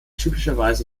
typischerweise